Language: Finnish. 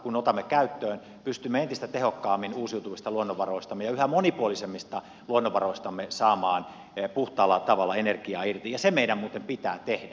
kun otamme sitä käyttöön pystymme entistä tehokkaammin uusiutuvista luonnonvaroistamme ja yhä monipuolisemmista luonnonvaroistamme saamaan puhtaalla tavalla energiaa irti ja se meidän muuten pitää tehdä